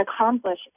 accomplish